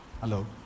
Hello